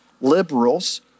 Liberals